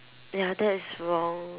ya that's wrong